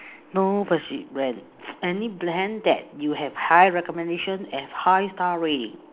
no but she ran any brand that you have high recommendation and high star rating